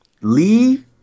Lee